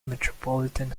metropolitan